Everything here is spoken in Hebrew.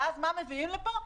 ואז מה מביאים לפה?